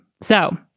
So-